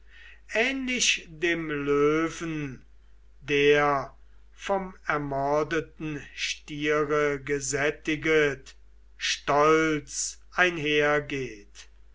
ähnlich dem löwen der vom ermordeten stiere gesättiget stolz einhergeht